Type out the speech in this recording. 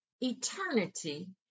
eternity